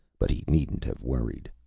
but he needn't have worried.